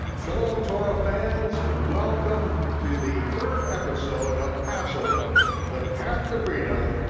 shalom, torah fans, welcome to the third episode of passover the path to freedom,